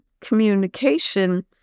communication